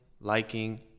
liking